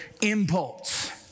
impulse